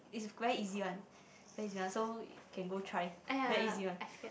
is very easy one very easy one so can go try very easy one